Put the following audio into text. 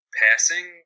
passing